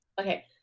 Okay